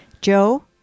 joe